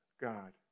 God